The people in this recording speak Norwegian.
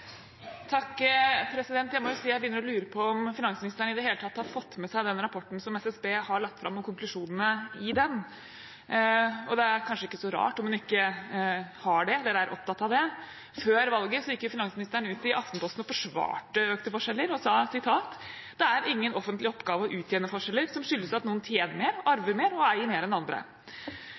Jeg må si jeg begynner å lure på om finansministeren i det hele tatt har fått med seg den rapporten som SSB har lagt fram, og konklusjonene i den, og det er kanskje ikke så rart om hun ikke har det, eller er opptatt av det. Før valget gikk jo finansministeren ut i Aftenposten og forsvarte økte forskjeller og sa: Det er ingen offentlig oppgave å utjevne forskjeller som skyldes at noen tjener mer og arver mer og eier mer enn andre.